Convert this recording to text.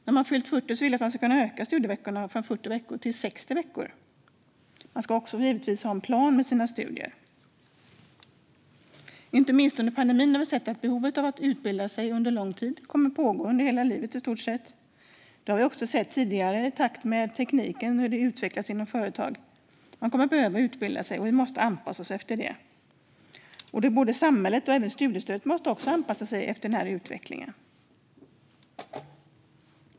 Vi vill att man ska kunna öka antalet studieveckor från 40 veckor till 60 veckor när man har fyllt 40 år. Man ska givetvis också ha en plan med sina studier. Inte minst under pandemin har vi sett att behovet av att utbilda sig under lång tid kommer att kvarstå under i stort sett hela livet. Detta har vi också sett tidigare i takt med att tekniken utvecklas inom företag. Man kommer att behöva utbilda sig, och vi måste anpassa oss efter det. Samhället och studiestödet måste också anpassa sig till denna utveckling.